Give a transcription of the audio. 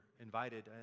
invited